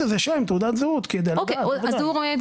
זה עם שם ותעודת זהות כדי לדעת, ודאי.